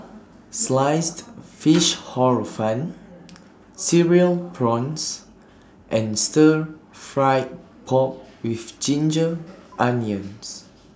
Sliced Fish Hor Fun Cereal Prawns and Stir Fried Pork with Ginger Onions